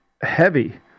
heavy